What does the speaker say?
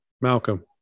Malcolm